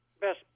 best